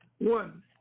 one